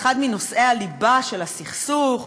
אחד מנושאי הליבה של הסכסוך,